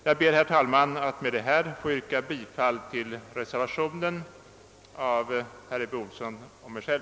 Jag ber, herr talman, att med detta få yrka bifall till reservationen I av herr Ebbe Ohlsson och mig själv.